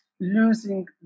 losing